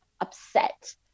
upset